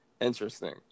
interesting